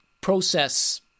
process